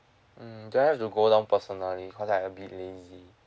mm do I have to go down personally because I a bit lazy